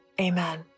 amen